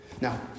Now